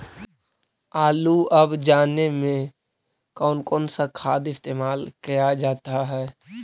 आलू अब जाने में कौन कौन सा खाद इस्तेमाल क्या जाता है?